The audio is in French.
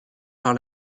par